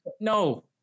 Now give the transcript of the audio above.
No